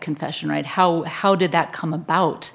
confession right how how did that come about